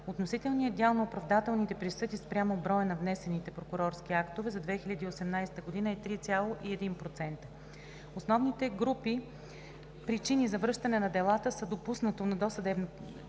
Относителният дял на оправдателните присъди спрямо броя на внесените прокурорски актове за 2018 г. е 3,1%. Основните групи причини за връщане на делата са: допуснато на досъдебното